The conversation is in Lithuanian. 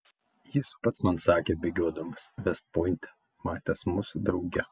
jis pats man sakė bėgiodamas vest pointe matęs mus drauge